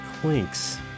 Clinks